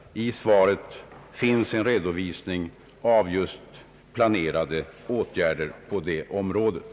I svaret finns en redovisning av just planerade åtgärder på det området.